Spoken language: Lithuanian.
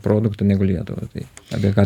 produktų negu lietuva tai apie ką